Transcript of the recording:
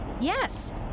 Yes